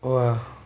वाह